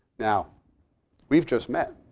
now we've just met.